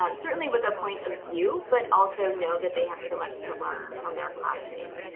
um certainly with a point of view, but also know that they have so much to learn from their classmates.